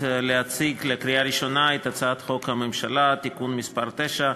אנחנו עוברים להצעה הבאה: הצעת חוק הממשלה (תיקון מס' 9)